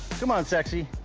come on, sexy.